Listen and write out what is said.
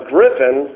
Griffin